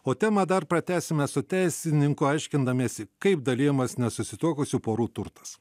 o temą dar pratęsime su teisininku aiškindamiesi kaip dalijamas nesusituokusių porų turtas